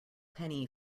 penny